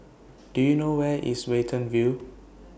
Do YOU know Where IS Watten View